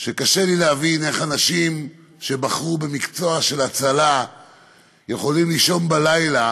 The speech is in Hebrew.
וקשה לי להבין איך אנשים שבחרו במקצוע של הצלה יכולים לישון בלילה